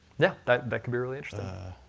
yeah, that that can be really interesting.